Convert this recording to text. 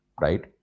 right